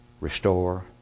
restore